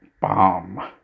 bomb